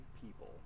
people